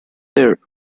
there